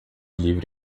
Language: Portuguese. livre